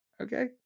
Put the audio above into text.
Okay